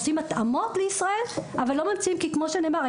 עושים התאמות לישראל אבל לא ממציאים כי כמו שנאמר,